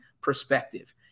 perspective